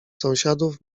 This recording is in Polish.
sąsiadów